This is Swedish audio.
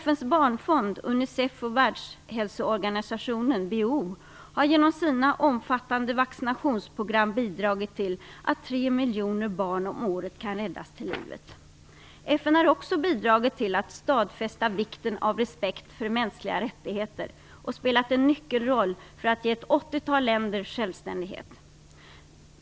FN:s barnfond, Unicef, och Världshälsoorganisationen, WHO, har genom sina omfattande vaccinationsprogram bidragit till att 3 miljoner barn om året kunnat räddas till livet. FN har också bidragit till att stadfästa vikten av respekt för mänskliga rättigheter och spelat en nyckelroll för att ge ett åttiotal länder självständighet.